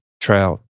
trout